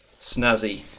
snazzy